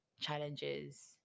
challenges